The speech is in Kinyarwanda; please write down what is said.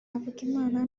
havugimana